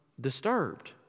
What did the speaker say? disturbed